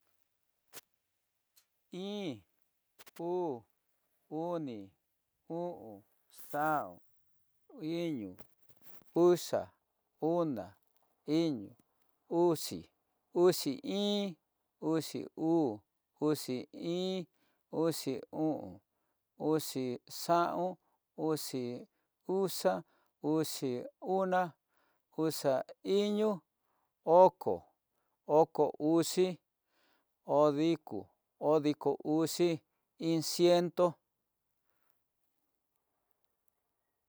Ii, uu, oni, o'on, xaon, iño, uxa, ona, iño, uxi iin, uxi uu, uxi xaon, uxi uxa, uxi ona, uxa iño, oko, oko uxi, odiko, odiku uxi, iin ciento.